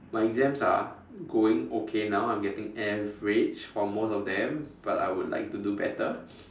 my exams are going okay now I'm getting average for most of them but I would like to do better